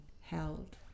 held